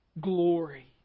glory